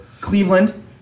Cleveland